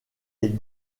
les